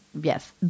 Yes